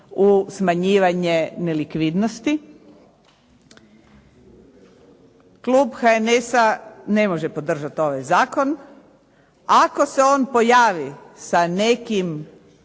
u smanjivanje nelikvidnosti. Klub HNS-a ne može podržati ovaj zakon. Ako se on pojavi sa nekim